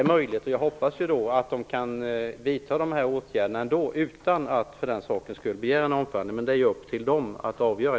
Jag hoppas att de kan vidta åtgärder utan att för den sakens skull begära en omförhandling, men det är upp till dem att avgöra.